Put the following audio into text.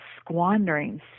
squandering